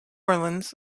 orleans